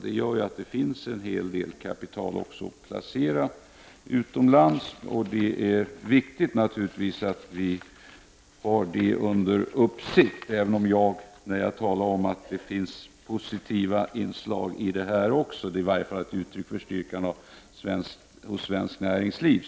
Det är naturligtvis viktigt att vi har bytesbalansen under uppsikt, även om utlandsinvesteringar som sagt är uttryck för styrkan i svenskt näringsliv.